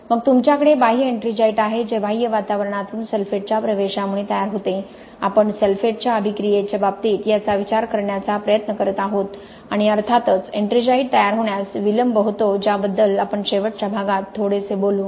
मग तुमच्याकडे बाह्य एट्रिंजाइट आहे जे बाह्य वातावरणातून सल्फेटच्या प्रवेशामुळे तयार होते आपण सल्फेटच्या अभिक्रियाच्या बाबतीत याचा विचार करण्याचा प्रयत्न करीत आहोत आणि अर्थातच एट्रिंजाइट तयार होण्यास विलंब होतो ज्याबद्दल आपण शेवटच्या भागात थोडेसे बोलू